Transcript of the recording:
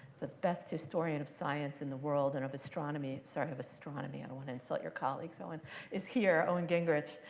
the best historian of science in the world and of astronomy sorry, of astronomy, i don't and insult your colleagues, owen is here, owen gingerich.